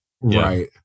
Right